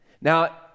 Now